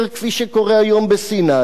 כפי שקורה היום בסיני,